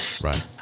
Right